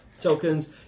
tokens